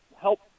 help